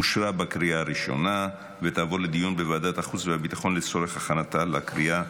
לוועדת החוץ והביטחון נתקבלה.